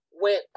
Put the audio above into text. went